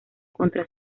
contra